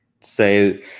say